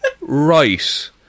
Right